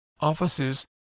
offices